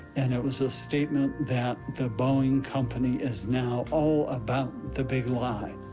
and it was a statement that the boeing company is now all about the big lie.